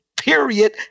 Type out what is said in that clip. period